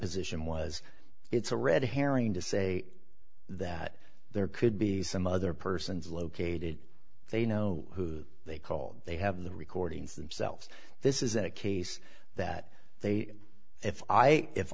position was it's a red herring to say that there could be some other persons located they know who they call they have the recordings themselves this is a case that they if i if